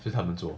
就他们做